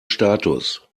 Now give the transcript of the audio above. status